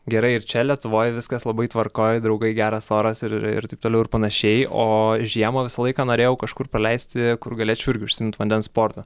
gerai ir čia lietuvoj viskas labai tvarkoj draugai geras oras ir ir taip toliau ir panašiai o žiemą visą laiką norėjau kažkur praleisti kur galėčiau irgi užsiimt vandens sportu